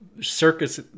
circus